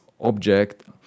object